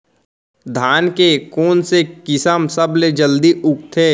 धान के कोन से किसम सबसे जलदी उगथे?